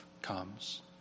Comes